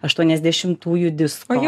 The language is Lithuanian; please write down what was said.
aštuoniasdešimųjų disko